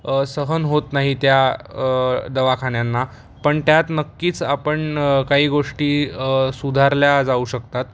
सहन होत नाही त्या दवाखान्यांना पण त्यात नक्कीच आपण काही गोष्टी सुधारल्या जाऊ शकतात